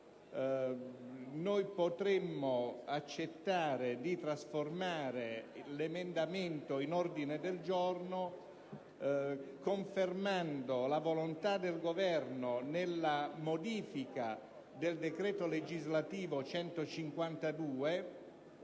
noi potremmo accettare di trasformare gli emendamenti in ordine del giorno, confermando la volontà del Governo, nella modifica del decreto legislativo n.